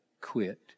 quit